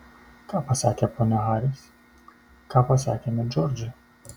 ką pasakė ponia haris ką pasakėme džordžui